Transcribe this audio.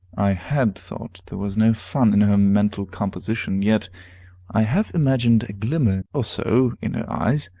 i had thought there was no fun in her mental composition. yet i have imagined a glimmer or so in her eyes,